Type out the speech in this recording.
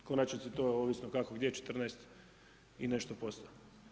U konačnici je to ovisno kako gdje 14 i nešto posto.